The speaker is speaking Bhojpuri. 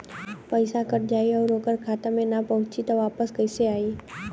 पईसा कट जाई और ओकर खाता मे ना पहुंची त वापस कैसे आई?